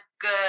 good